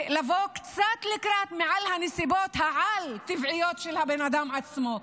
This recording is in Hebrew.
ולבוא קצת לקראת מעל הנסיבות העל-טבעיות של הבן אדם עצמו.